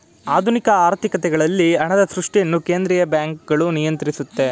ಆಧುನಿಕ ಆರ್ಥಿಕತೆಗಳಲ್ಲಿ ಹಣದ ಸೃಷ್ಟಿಯನ್ನು ಕೇಂದ್ರೀಯ ಬ್ಯಾಂಕ್ಗಳು ನಿಯಂತ್ರಿಸುತ್ತೆ